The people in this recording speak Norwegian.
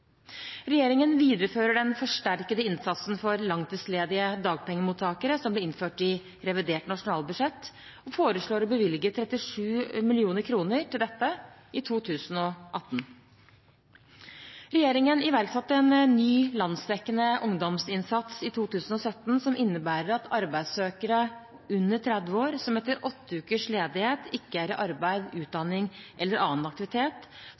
Regjeringen viderefører den forsterkede innsatsen for langtidsledige dagpengemottakere som ble innført i revidert nasjonalbudsjett, og foreslår å bevilge 37 mill. kr til dette i 2018. Regjeringen iverksatte en ny landsdekkende ungdomsinnsats i 2017, som innebærer at arbeidssøkere under 30 år som etter åtte ukers ledighet ikke er i arbeid, utdanning eller annen aktivitet,